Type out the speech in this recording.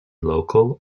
local